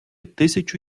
тисячу